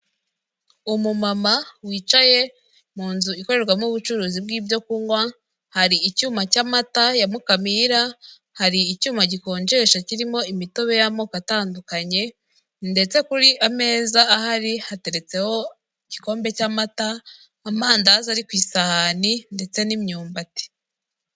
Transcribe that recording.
Umumama wicaye mu nzu ikorerwamo ubucuruzi bw'ibyo kunywa, hari icyuma cy'amata ya Mukamira, hari icyuma gikonjesha kirimo imitobe y'amoko atandukanye ndetse kuri ameza ahari hateretseho igikombe cy'amata, amandazi ari ku isahani ndetse n'imyumbati.